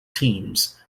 teams